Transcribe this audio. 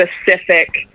specific